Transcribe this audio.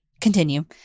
Continue